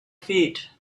feet